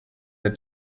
der